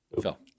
Phil